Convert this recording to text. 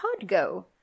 Podgo